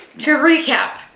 to recap,